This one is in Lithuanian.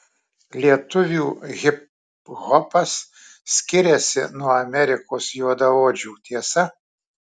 lietuvių hiphopas skiriasi nuo amerikos juodaodžių tiesa